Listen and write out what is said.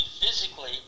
physically